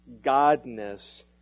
godness